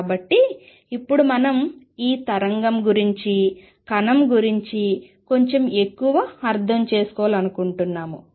కాబట్టి ఇప్పుడు మనం ఈ తరంగం గురించి కణము గురించి కొంచెం ఎక్కువ అర్థం చేసుకోవాలనుకుంటున్నాము